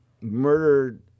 murdered